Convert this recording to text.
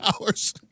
hours